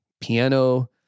piano